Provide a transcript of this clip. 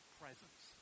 presence